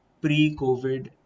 pre-COVID